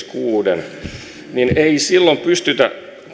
kuuden miljardin niin ei silloin pystytä